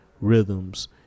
rhythms